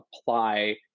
apply